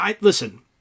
listen